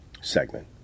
segment